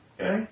Okay